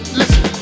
listen